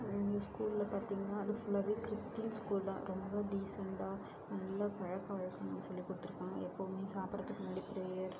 எங்கள் ஸ்கூல்ல பார்த்திங்கனா அது ஃபுல்லாவே கிறிஸ்டின் ஸ்கூல் தான் ரொம்ப டீசென்ட்டாக நல்ல பழக்கவழக்கங்கள் சொல்லி கொடுத்துருக்காங்க எப்போவுமே சாப்பிட்றதுக்கு முன்னாடி ப்ரேயர்